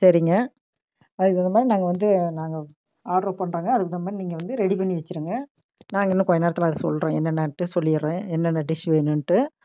சரிங்க அதுக்கு தகுந்தமாதிரி நாங்கள் வந்து நாங்கள் ஆர்டர் பண்ணுறோங்க அதுக்கு தகுந்தமாதிரி நீங்கள் வந்து ரெடி பண்ணி வச்சுருங்க நாங்கள் இன்னும் கொஞ்சம் நேரத்தில் அதை சொல்கிறோம் என்னென்னட்டு சொல்லிடறேன் என்னென்ன டிஷ் வேணுன்ட்டு